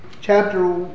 chapter